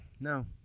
no